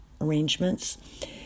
arrangements